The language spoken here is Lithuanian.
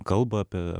kalba apie